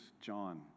John